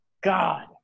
God